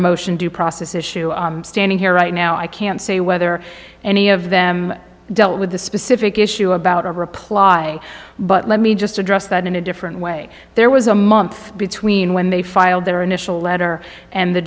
motion due process issue standing here right now i can't say whether any of them dealt with the specific issue about a reply but let me just address that in a different way there was a month between when they filed their initial letter and the